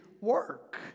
work